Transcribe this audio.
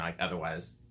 otherwise